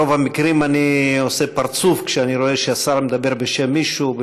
ברוב המקרים אני עושה פרצוף כשאני רואה שהשר מדבר בשם מישהו.